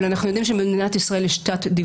אבל אנחנו יודעים שבמדינת ישראל יש תת-דיווח,